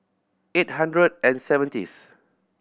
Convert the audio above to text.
eight hundred and seventyth